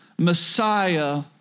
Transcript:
Messiah